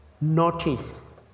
notice